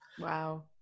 Wow